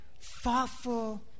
thoughtful